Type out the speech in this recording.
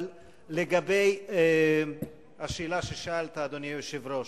אבל לגבי השאלה ששאלת, אדוני היושב-ראש,